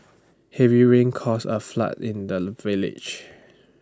heavy rain caused A flood in the village